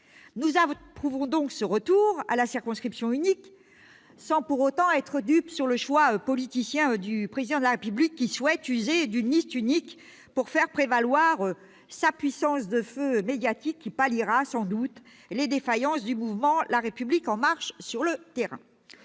Nous approuvons donc ce retour à la circonscription unique, sans pour autant être dupes du choix politicien du Président de la République, qui souhaite user d'une liste unique pour faire prévaloir sa puissance de feu médiatique qui palliera sans doute les défaillances du mouvement La République En Marche sur le terrain.